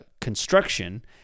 construction